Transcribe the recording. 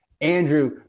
Andrew